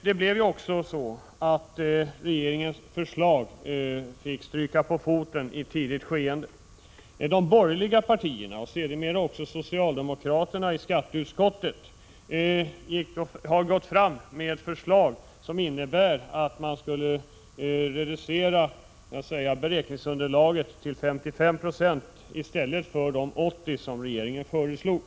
Regeringens förslag fick ju dessutom stryka på foten i ett tidigt skede. De borgerliga partierna, och sedermera socialdemokraterna i skatteutskottet, har gått fram med ett förslag som innebär att man skall reducera beräkningsunderlaget till 55 9 i stället för de 80 26 som regeringen föreslagit.